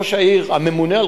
ראש העיר, הממונה על